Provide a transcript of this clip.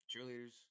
cheerleaders